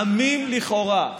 תמים לכאורה,